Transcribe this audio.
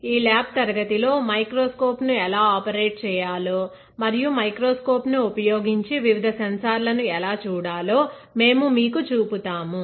ఈ ల్యాబ్ తరగతిలో మైక్రోస్కోప్ ను ఎలా ఆపరేట్ చేయాలో మరియు మైక్రోస్కోప్ ను ఉపయోగించి వివిధ సెన్సార్లను ఎలా చూడాలో మేము మీకు చూపుతాము